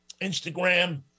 Instagram